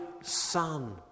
Son